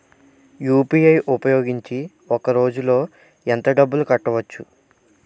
UPI ఉపయోగించి ఒక రోజులో ఎంత డబ్బులు కట్టవచ్చు?